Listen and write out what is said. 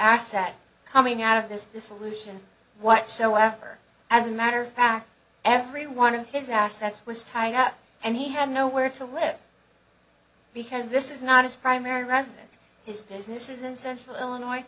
asset coming out of this dissolution whatsoever as a matter of fact every one of his assets was tying up and he had nowhere to live because this is not his primary residence his business is in central illinois